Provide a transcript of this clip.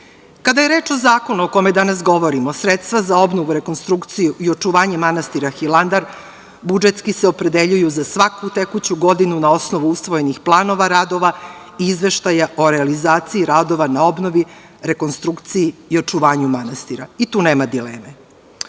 je reč o zakonu o kome danas govorimo, sredstva za obnovu, rekonstrukciju i očuvanje manastira Hilandar budžetski se opredeljuju za svaku tekuću godinu na osnovu usvojenih planova radova i izveštaja o realizaciji radova na obnovi, rekonstrukciji i očuvanju manastira, i tu nema dileme. Ovaj